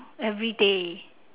everyday